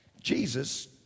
Jesus